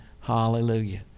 hallelujah